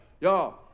Y'all